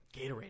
Gatorade